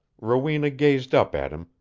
rowena gazed up at him,